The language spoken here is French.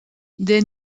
des